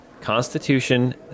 constitution